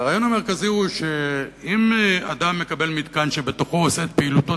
והרעיון המרכזי הוא שאם אדם מקבל מתקן שבתוכו הוא עושה את פעילותו,